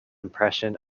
impression